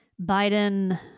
Biden